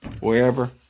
wherever